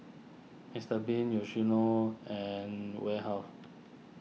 Mister Bean Yoshino and Warehouse